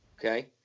Okay